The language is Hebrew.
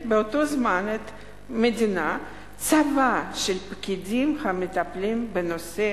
המדינה מממנת צבא של פקידים המטפלים בנושא